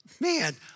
Man